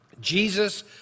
Jesus